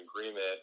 agreement